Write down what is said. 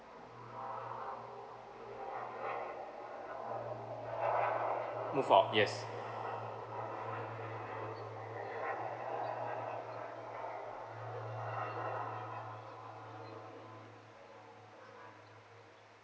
move out yes